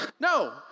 No